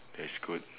that's good